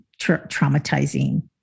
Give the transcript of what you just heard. traumatizing